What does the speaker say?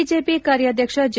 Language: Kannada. ಬಿಜೆಪಿ ಕಾರ್ಯಾಧ್ಯಕ್ಷ ಜೆ